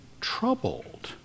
troubled